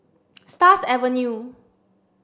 Stars Avenue